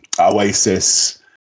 Oasis